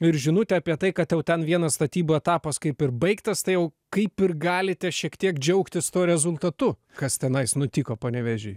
ir žinutė apie tai kad jau ten vienas statybų etapas kaip ir baigtas tai jau kaip ir galite šiek tiek džiaugtis tuo rezultatu kas tenais nutiko panevėžy